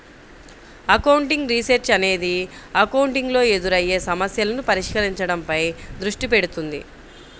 accounting research అనేది accounting లో ఎదురయ్యే సమస్యలను పరిష్కరించడంపై దృష్టి పెడుతుంది